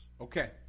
Okay